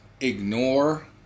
ignore